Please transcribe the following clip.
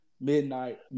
Midnight